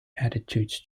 attitudes